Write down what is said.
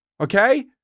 Okay